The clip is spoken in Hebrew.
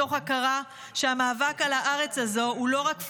מתוך הכרה שהמאבק על הארץ הזו הוא לא רק פיזי,